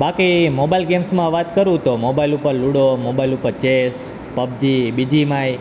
બાકી મોબાઈલ ગેમ્સમાં વાત કરું તો મોબાઈલ ઉપર લૂડો મોબાઈલ ઉપર ચેસ પબજી બીજી એમ આઈ